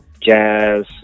jazz